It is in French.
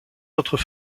autres